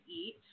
eat